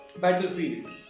battlefield